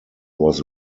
was